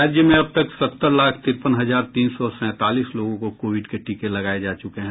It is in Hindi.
राज्य में अब तक सत्तर लाख तिरपन हजार तीन सौ सैंतालीस लोगों को कोविड के टीके लगाये जा चुके हैं